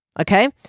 Okay